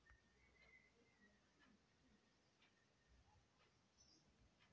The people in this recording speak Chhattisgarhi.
टेक्टर ले हमन कतना बार जोताई करेके जोंदरी लगाबो?